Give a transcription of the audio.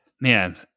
man